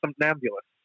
somnambulist